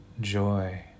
joy